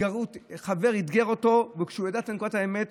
חבר אתגר אותו, וכשהוא ידע את נקודת האמת,